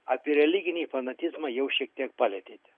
apie religinį fanatizmą jau šiek tiek palietėte